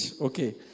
Okay